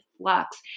flux